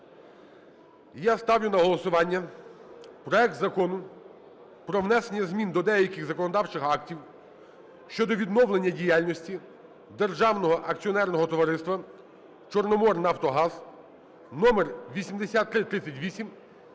Я ставлю на голосування проект Закону про внесення змін до деяких законодавчих актів щодо відновлення діяльності Державного акціонерного товариства "Чорноморнафтогаз" (№ 8338)